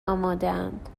آمادهاند